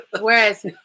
whereas